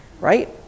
Right